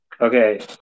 Okay